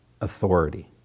authority